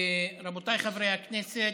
רבותיי חברי הכנסת,